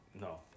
No